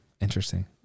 Interesting